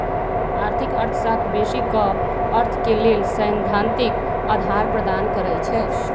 आर्थिक अर्थशास्त्र बेशी क अर्थ के लेल सैद्धांतिक अधार प्रदान करई छै